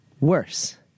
worse